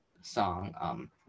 song